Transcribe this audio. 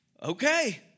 Okay